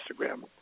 Instagram